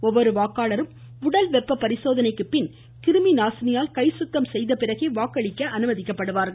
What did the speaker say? ஒவ்வொரு வாக்காளரும் உடல் வெப்ப பரிசோதனைக்குப்பின் கிருமிநாசினியால் கை சுத்தம் செய்தபிறகே வாக்களிக்க அனுமதிக்கப்படுவார்கள்